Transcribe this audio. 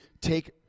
take